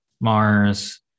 mars